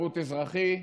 שירות אזרחי,